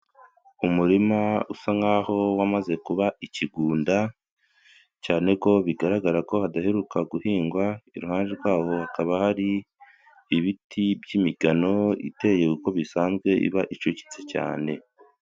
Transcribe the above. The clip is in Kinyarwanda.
Umurima usa nk'aho wamaze kuba ikigunda cyane ko bigaragara ko hadaheruka guhingwa, iruhande rwabo hakaba hari ibiti by'imigano iteye uko bisanzwe iba icucitse cyane.